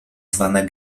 zwane